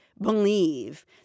believe